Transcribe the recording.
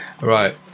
right